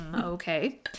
okay